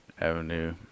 Avenue